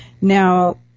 Now